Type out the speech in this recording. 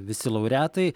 visi laureatai